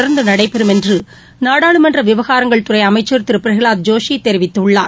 தொடர்ந்து நடைபெறும் என்று நாடாளுமன்ற விவகாரங்கள் துறை அமைச்சள் திரு பிரகலாத் ஜோஷி தெரிவித்துள்ளார்